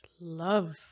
love